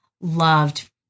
loved